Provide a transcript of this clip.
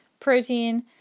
Protein